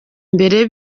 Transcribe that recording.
mbere